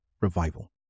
Revival